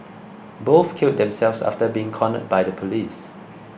both killed themselves after being cornered by the police